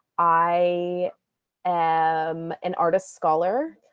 i am an artist scholar.